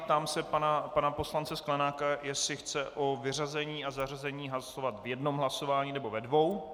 Ptám se pana poslance Sklenáka, jestli chce o vyřazení a zařazení hlasovat v jednom hlasování, nebo ve dvou.